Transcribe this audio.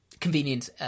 convenient